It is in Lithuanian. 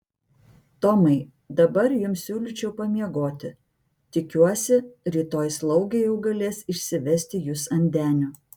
tomai dabar jums siūlyčiau pamiegoti tikiuosi rytoj slaugė jau galės išsivesti jus ant denio